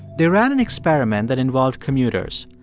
they ran an experiment that involved commuters.